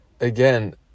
again